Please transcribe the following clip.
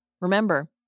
remember